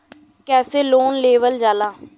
कैसे लोन लेवल जाला?